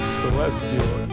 celestial